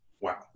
wow